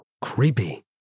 creepy